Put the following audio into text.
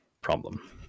problem